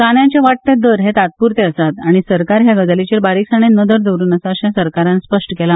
कांद्याचे वाडटे दर हे तात्पूरते आसात आनी सरकार ह्या गजालीचेर बारीक साणेन नदर दवरून आसा अशें सरकारान स्पष्ट केला